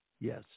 Yes